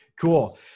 Cool